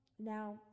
Now